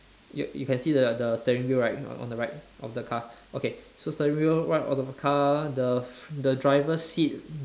you you can see the the steering wheel right on the right of the car okay so steering wheel right of the car the the driver's seat